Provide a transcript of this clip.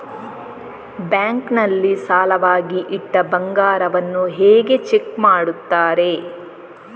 Bank ನಲ್ಲಿ ಸಾಲವಾಗಿ ಇಟ್ಟ ಬಂಗಾರವನ್ನು ಹೇಗೆ ಚೆಕ್ ಮಾಡುತ್ತಾರೆ?